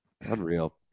Unreal